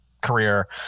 career